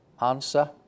Answer